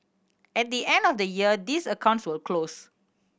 at the end of the year these accounts will close